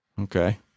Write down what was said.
Okay